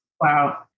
Wow